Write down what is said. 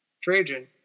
Trajan